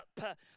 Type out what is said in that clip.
up